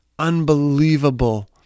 unbelievable